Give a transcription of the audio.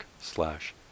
slash